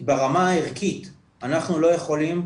כי ברמה הערכית אנחנו לא יכולים,